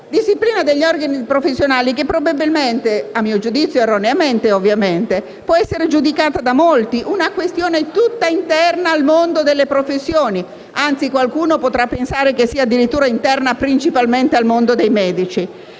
disciplina degli ordini professionali, che probabilmente - a mio giudizio erroneamente - può essere giudicata da molti una questione tutta interna al mondo delle professioni. Anzi, qualcuno potrà pensare che sia addirittura interna principalmente al mondo dei medici